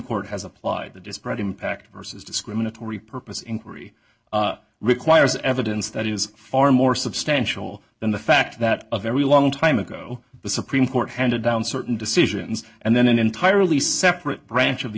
court has applied the disparate impact vs discriminatory purpose inquiry requires evidence that is far more substantial than the fact that a very long time ago the supreme court handed down certain decisions and then an entirely separate branch of the